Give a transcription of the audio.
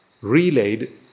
relayed